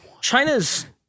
China's